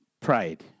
pride